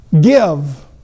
give